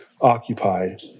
occupied